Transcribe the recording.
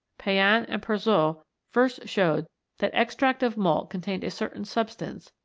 payen and persoz first showed that extract of malt contained a certain substance,